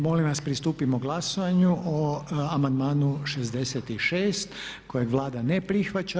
Molim vas pristupimo glasovanju o amandmanu 66. kojeg Vlada ne prihvaća.